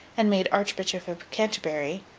and made archbishop of canterbury,